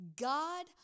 God